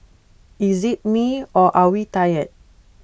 is IT me or are we tired